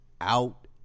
out